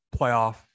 playoff